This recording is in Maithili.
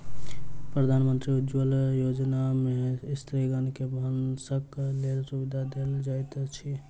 प्रधानमंत्री उज्ज्वला योजना में स्त्रीगण के भानसक लेल सुविधा देल जाइत अछि